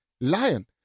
lion